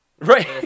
Right